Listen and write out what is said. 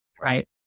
right